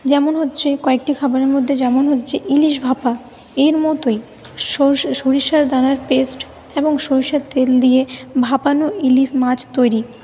যেমন হচ্ছে কয়েকটি খাবারের মধ্যে যেমন হচ্ছে ইলিশ ভাপা এর মতোই সরষে সরিষার দানার পেস্ট এবং সরষের তেল দিয়ে ভাপানো ইলিশ মাছ তৈরি